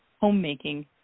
homemaking